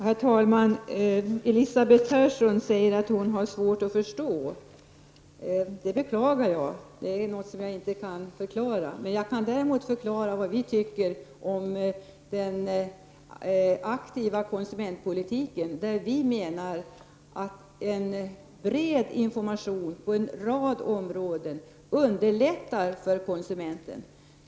Herr talman! Elisabeth Persson har svårt att förstå vad jag menar. Detta beklagar jag. Jag kan dock inte förklara varför hon inte kan förstå. Däremot kan jag förklara vad vi tycker om den aktiva konsumentpolitiken. Vi menar nämligen att bred information på en rad områden underlättar för konsumenten.